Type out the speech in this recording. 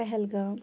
Pahalgam